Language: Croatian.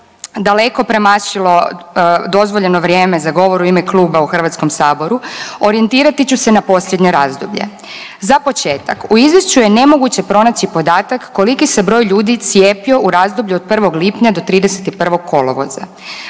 daleko premašilo dozvoljeno vrijeme za govor u ime kluba u Hrvatskom saboru orijentirati ću se na posljednje razdoblje. Za početak u izvješću je nemoguće pronaći podatak koliki se broj ljudi cijepio u razdoblju od 1. lipnja do 31. kolovoza.